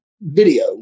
video